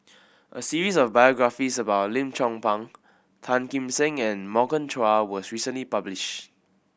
a series of biographies about Lim Chong Pang Tan Kim Seng and Morgan Chua was recently publish